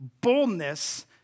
boldness